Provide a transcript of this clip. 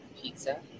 Pizza